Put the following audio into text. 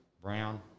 brown